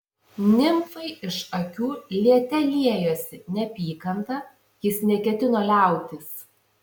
nimfai iš akių liete liejosi neapykanta jis neketino liautis